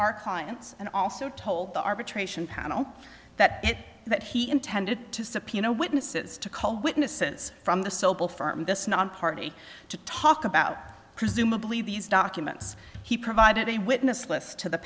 our clients and also told the arbitration panel that it that he intended to subpoena witnesses to call witnesses from the sobel firm this nonparty to talk about presumably these documents he provided a witness list to the